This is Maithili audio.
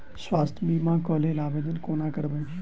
स्वास्थ्य बीमा कऽ लेल आवेदन कोना करबै?